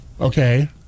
Okay